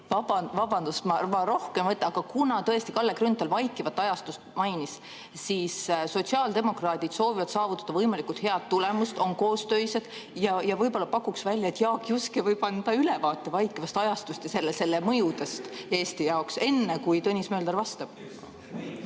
Vabandust, ma rohkem ei võta. Aga kuna tõesti Kalle Grünthal vaikivat ajastut mainis ja sotsiaaldemokraadid soovivad saavutada võimalikult head tulemust, on koostöised, siis võib-olla pakuks välja, et Jaak Juske võib anda ülevaate vaikivast ajastust ja selle mõjudest Eestis, enne kui Tõnis Mölder vastab.